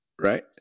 right